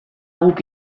guk